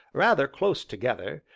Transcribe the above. rather close together,